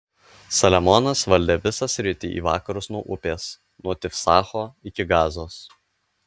saliamonas valdė visą sritį į vakarus nuo upės nuo tifsacho iki gazos